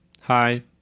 Hi